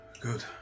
Good